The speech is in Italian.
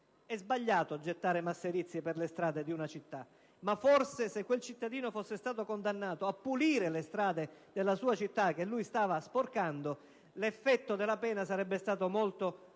È sbagliato gettare masserizie per le strade di una città, ma forse, se quel cittadino fosse stato condannato a pulire le strade della sua città che stava sporcando, l'effetto della pena sarebbe stato molto